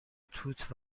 توت